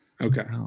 Okay